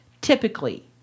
typically